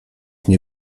nie